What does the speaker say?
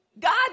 God